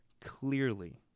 clearly